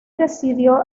decidió